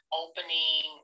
opening